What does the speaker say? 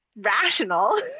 Rational